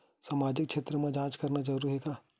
सामाजिक क्षेत्र म जांच करना जरूरी हे का?